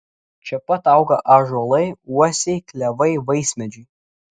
čia pat auga ąžuolai uosiai klevai vaismedžiai